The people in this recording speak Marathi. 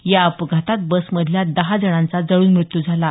या अपघातात बसमधल्या दहा जणांचा जळून मृत्यू झाला आहे